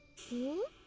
he